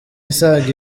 isaga